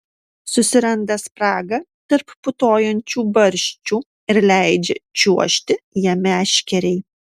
susiranda spragą tarp putojančių barščių ir leidžia čiuožti ja meškerei